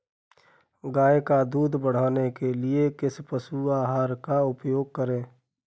गाय का दूध बढ़ाने के लिए किस पशु आहार का उपयोग करें?